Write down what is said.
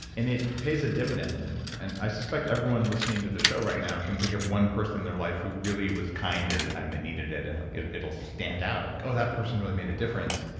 and it pays a dividend. and and i suspect everyone listening to the show right now can think of one person in their life who really was kind at a time they needed it and like it'll stand out. oh, that person really made a difference.